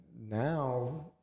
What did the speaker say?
now